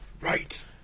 Right